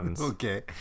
Okay